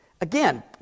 Again